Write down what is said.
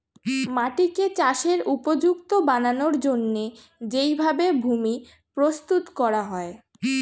মাটিকে চাষের উপযুক্ত বানানোর জন্যে যেই ভাবে ভূমি প্রস্তুত করা হয়